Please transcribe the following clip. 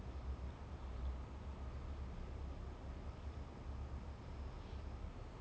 so have you seen the part where all of them meet at at the seventy mark I think season seven